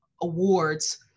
awards